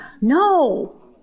no